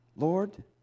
Lord